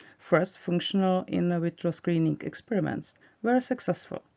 first functional in vitro screening experiments were successful,